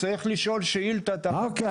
צריך לשאול שאילתה --- אוקיי,